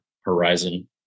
horizon